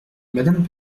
madame